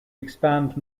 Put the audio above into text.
expand